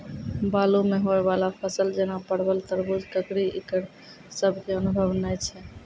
बालू मे होय वाला फसल जैना परबल, तरबूज, ककड़ी ईकरो सब के अनुभव नेय छै?